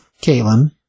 Caitlin